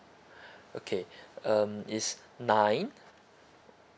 okay um it's nine